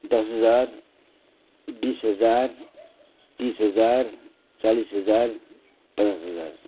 दस हजार बिस हजार तिस हजार चालिस हजार पचास हजार